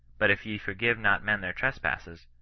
but if ye for give not men their trespasses,